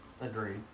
Agreed